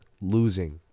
losing